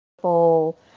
full